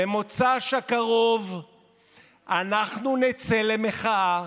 במוצ"ש הקרוב אנחנו נצא למחאה